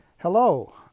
Hello